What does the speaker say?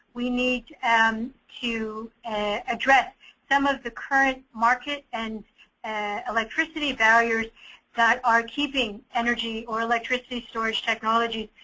we need and to address some of the current market and and electricity values that are keeping energy or electricity storage technology